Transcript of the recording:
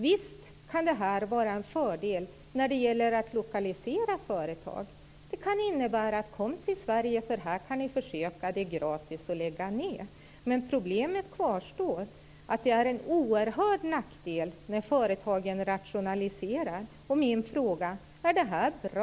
Visst kan detta vara en fördel vid lokalisering av företag. Budskapet kan bli: Kom till Sverige, för här är det gratis att lägga ned! Problemet att det är en oerhörd nackdel när företagen rationaliserar kvarstår dock. Min fråga är: Är det här bra?